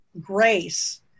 grace